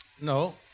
No